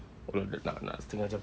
nak nak setengah jam